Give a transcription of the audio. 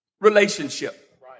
relationship